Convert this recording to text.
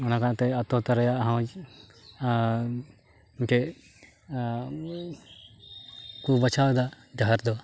ᱚᱱᱟ ᱠᱟᱨᱚᱱᱛᱮ ᱟᱛᱛᱚᱦᱚᱛᱛᱟ ᱨᱮᱭᱟᱜ ᱦᱚᱸ ᱢᱤᱫᱴᱮᱡ ᱠᱚ ᱵᱟᱪᱷᱟᱣᱮᱫᱟ ᱰᱟᱦᱟᱨ ᱫᱚ